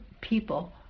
people